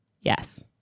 yes